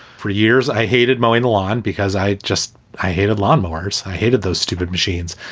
for years i hated mowing the lawn because i just i hated lawn mowers. i hated those stupid machines.